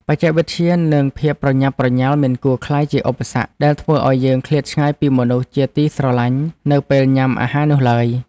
បច្ចេកវិទ្យានិងភាពប្រញាប់ប្រញាល់មិនគួរក្លាយជាឧបសគ្គដែលធ្វើឲ្យយើងឃ្លាតឆ្ងាយពីមនុស្សជាទីស្រលាញ់នៅពេលញ៉ាំអាហារនោះឡើយ។